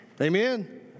Amen